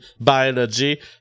biology